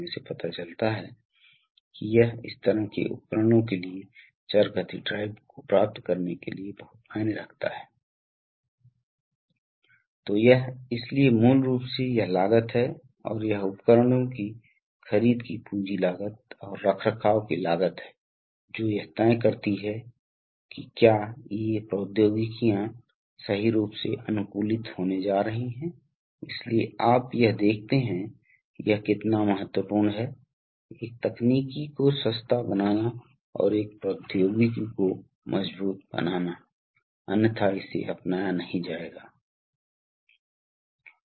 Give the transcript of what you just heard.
तो क्या होता है यह देखें कि कम दबाव स्रोत वास्तव में इस बिंदु से जुड़ा हुआ है यह सील है इसलिए यह गति वास्तव में होने वाली है और यह समाप्त होने जा रहा है इसलिए यह वापसी की स्थिति है दूसरी तरफ इस तरह से आगे बढ़ रहा है इसलिए यह रॉड है इसलिए लोड रॉड से जुड़ा होने वाला है इसलिए जब यह लोड को आगे बढ़ा रहा है उस समय यदि यह उच्च दबाव की स्थिति है तो HP आगे की स्थिति तो उस स्थिति में आप वास्तव में अपने उच्च दबाव स्रोत का उपयोग करके इसे चला सकते हैं